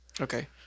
Okay